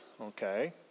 okay